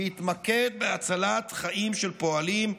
שיתמקד בהצלת חיים של פועלים,